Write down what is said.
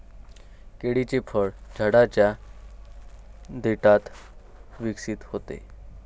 केळीचे फळ झाडाच्या देठात विकसित होते